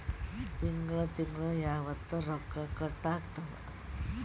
ತಿಂಗಳ ತಿಂಗ್ಳ ಯಾವತ್ತ ರೊಕ್ಕ ಕಟ್ ಆಗ್ತಾವ?